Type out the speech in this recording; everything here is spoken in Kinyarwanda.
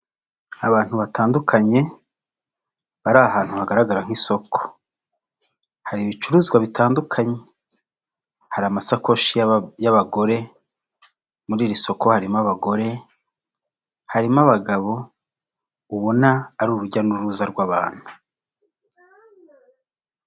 Abantu batandukanye bari ahantu hagaragara nk'isoko, hari ibicuruzwa bitandukanye, hari amasakoshi y'abagore, muri iri soko harimo abagore, harimo abagabo ubona ari urujya n'uruza rw'abantu.